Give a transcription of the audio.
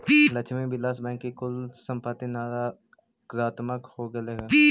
Lakshmi Vilas Bank की कुल संपत्ति नकारात्मक हो गेलइ हल